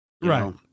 right